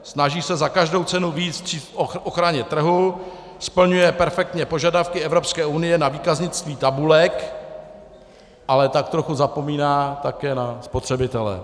Snaží se za každou cenu vyjít vstříc v ochraně trhu, splňuje perfektně požadavky Evropské unie na výkaznictví tabulek, ale tak trochu zapomíná také na spotřebitele.